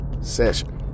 session